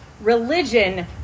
Religion